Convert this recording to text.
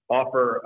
offer